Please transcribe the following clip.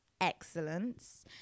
excellence